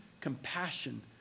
compassion